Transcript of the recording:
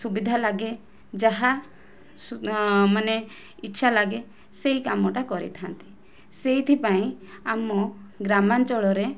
ସୁବିଧା ଲାଗେ ଯାହା ମାନେ ଇଛା ଲାଗେ ସେହି କାମଟା କରିଥାନ୍ତି ସେଇଥିପାଇଁ ଆମ ଗ୍ରାମାଞ୍ଚଳରେ